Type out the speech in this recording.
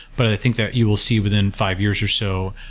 but i think that you will see within five years or so,